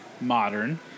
modern